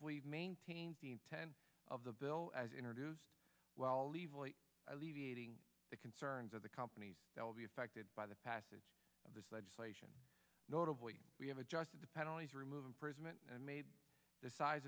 believe maintains the intent of the bill as introduced well leave alleviating the concerns of the companies that will be affected by the passage of this legislation notably we have adjusted the penalties remove imprisonment and made the size